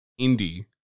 indie